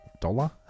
dollar